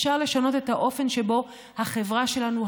אפשר לשנות את האופן שבו החברה שלנו,